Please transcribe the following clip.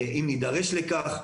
אם נידרש לכך,